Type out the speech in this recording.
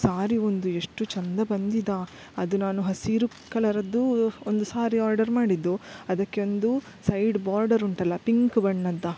ಸಾರಿ ಒಂದು ಎಷ್ಟು ಚಂದ ಬಂದಿದ್ದಾ ಅದು ನಾನು ಹಸಿರು ಕಲರದ್ದು ಒಂದು ಸಾರಿ ಆರ್ಡರ್ ಮಾಡಿದ್ದು ಅದಕ್ಕೆ ಒಂದು ಸೈಡ್ ಬಾರ್ಡರ್ ಉಂಟಲ್ಲ ಪಿಂಕ್ ಬಣ್ಣದ್ದು